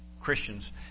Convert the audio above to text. Christians